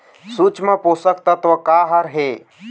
सूक्ष्म पोषक तत्व का हर हे?